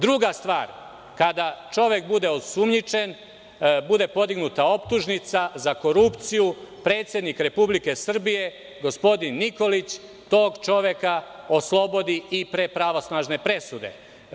Druga stvar, kada čovek bude osumnjičen, bude podignuta optužnica za korupciju, predsednik Republike Srbije, gospodin Nikolić, tog čoveka oslobodi i pre pravosnažne presude.